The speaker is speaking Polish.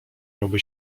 miałby